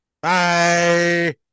Bye